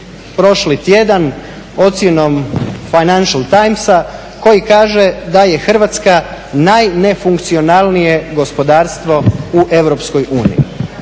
prošli tjedan ocjenom Financial timesa koji kaže da je Hrvatska najnefunkcionalnije gospodarstvo u